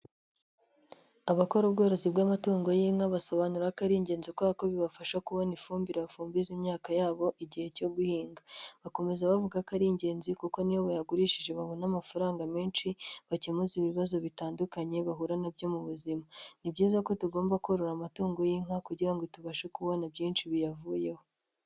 Abakora ubworozi bw'amatungo y'inka basobanura ko ari ingenzi kubera kuko bibafasha kubona ifumbire bafumbiza imyaka yabo igihe cyo guhinga, bakomeza bavuga ko ari ingenzi kuko niyo bayagurishije babona amafaranga menshi bakemuza ibibazo bitandukanye bahura nabyo mu buzima, ni byiza ko tugomba korora amatungo y'inka kugira ngo tubashe kubona byinshi biyavuyeho.